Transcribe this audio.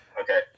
Okay